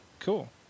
Cool